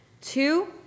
Two